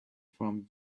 from